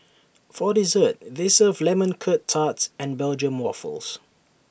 for dessert they serve lemon Curt tarts and Belgium Waffles